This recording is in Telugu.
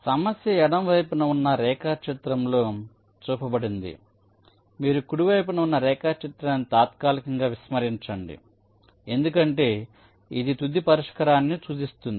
సమస్య ఎడమ వైపున ఉన్న రేఖాచిత్రంలో చూపబడింది మీరు కుడి వైపున ఉన్న రేఖాచిత్రాన్ని తాత్కాలికంగా విస్మరించండి ఎందుకంటే ఇది తుది పరిష్కారాన్ని సూచిస్తుంది